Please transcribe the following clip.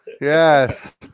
Yes